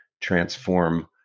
transform